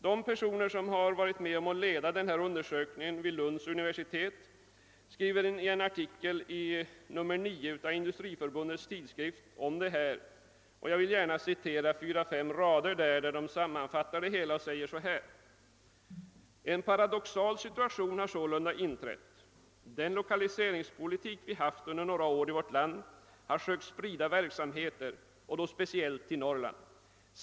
De som lett den undersökning vid Lunds universitet som jag nämnde har i en artikel i nor I av Industriförbundets tidskrift för i år sammanfattat saken på följande sätt: »En paradoxal situation har sålunda inträtt. Den lokaliseringspolitik vi haft under några år i vårt land har sökt sprida verksamheter, och då speciellt till Norrland.